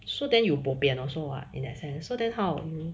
so then you bo pian also lah in that sense so then how